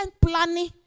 planning